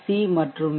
C மற்றும் we